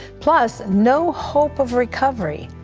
plus no hope of recovery.